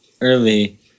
early